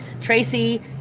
tracy